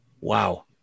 Wow